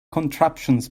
contraptions